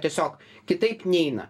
tiesiog kitaip neina